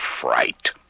fright